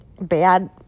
bad